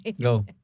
Go